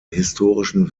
historischen